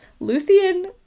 Luthien